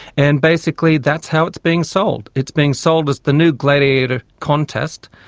and basically that's how it's being sold. it's being sold as the new gladiator contest,